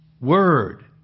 word